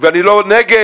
ואני לא נגד